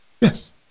Yes